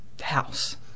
house